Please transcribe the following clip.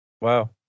Wow